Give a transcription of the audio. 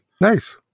Nice